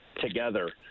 together